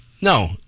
No